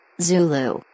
Zulu